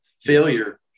failure